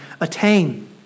attain